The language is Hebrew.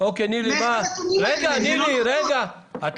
יש על זה נתונים, זה לא נכון.